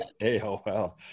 AOL